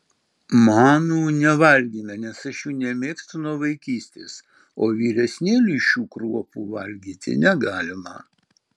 manų nevalgėme nes aš jų nemėgstu nuo vaikystės o vyresnėliui šių kruopų valgyti negalima